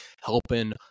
helping